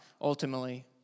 ultimately